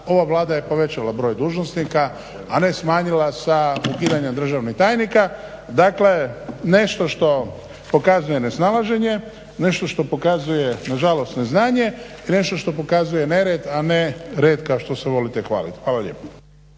ova Vlada je povećala broj dužnosnika a ne smanjila sa ukidanja državnih tajnika. Dakle nešto što pokazuje nesnalaženje, nešto što pokazuje nažalost ne znanje i nešto što pokazuje nered a ne red kao što se volite hvalit. Hvala lijepo.